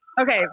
okay